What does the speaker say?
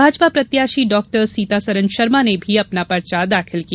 भाजपा प्रत्याशी डाक्टर सीतासरन शर्मा ने भी अपना पर्चा दाखिल किया